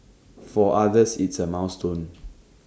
for others it's A milestone